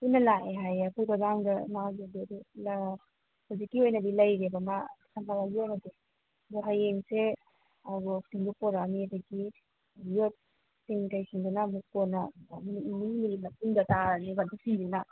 ꯄꯨꯟꯅ ꯂꯥꯛꯑꯦ ꯍꯥꯏꯌꯦ ꯑꯩꯈꯣꯏ ꯒꯣꯗꯥꯎꯟꯗ ꯍꯧꯖꯤꯛꯀꯤ ꯑꯣꯏꯅꯗꯤ ꯂꯩꯔꯦꯕ ꯁꯝꯃꯔꯒꯤ ꯑꯣꯏꯅꯗꯤ ꯑꯗꯣ ꯍꯌꯦꯡꯁꯦ ꯔꯣꯁꯁꯤꯡꯗꯣ ꯄꯨꯔꯛꯑꯅꯤ ꯑꯗꯒꯤ ꯌꯣꯠꯁꯤꯡ ꯀꯩꯁꯤꯡꯗꯨꯅ ꯑꯃꯨꯛ ꯀꯣꯟꯅ ꯅꯨꯃꯤꯠ ꯅꯤꯅꯤꯒꯤ ꯃꯇꯨꯡꯗ ꯇꯥꯔꯅꯦꯕ ꯑꯗꯨꯁꯤꯡꯗꯨꯅ